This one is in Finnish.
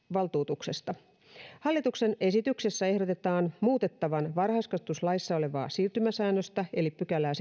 hallituksen esityksessä ehdotetaan muutettavan varhaiskasvatuslaissa olevaa siirtymäsäännöstä eli seitsemättäkymmenettäkuudetta pykälää